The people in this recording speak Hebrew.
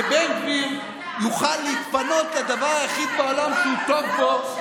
בן גביר יוכל להתפנות לדבר היחיד בעולם שהוא טוב בו,